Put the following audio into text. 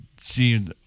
See